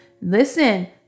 Listen